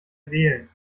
wählen